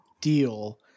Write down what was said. deal